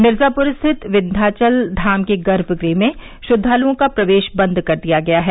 मिर्जापूर स्थित विन्ध्याचल धाम के गर्भ गृह में श्रद्वालओं का प्रवेश बंद कर दिया गया है